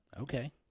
Okay